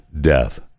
death